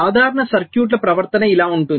సాధారణ సర్క్యూట్ల ప్రవర్తన ఇలా ఉంటుంది